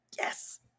yes